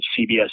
CBS